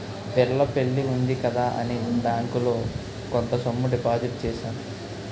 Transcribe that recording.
పిల్ల పెళ్లి ఉంది కదా అని బ్యాంకులో కొంత సొమ్ము డిపాజిట్ చేశాను